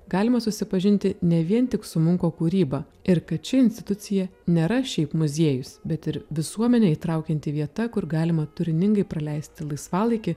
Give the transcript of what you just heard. galima susipažinti ne vien tik su munko kūryba ir kad ši institucija nėra šiaip muziejus bet ir visuomenę įtraukianti vieta kur galima turiningai praleisti laisvalaikį